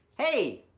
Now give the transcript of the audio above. hey,